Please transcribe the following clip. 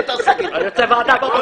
יש ממונה בטיחות וכו',